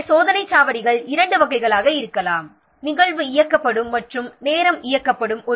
எனவே சோதனைச் சாவடிகள் இரண்டு வகைகளாக இருக்கலாம் நிகழ்வு இயக்கப்படும் மற்றும் நேரம் இயக்கப்படும்